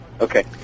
Okay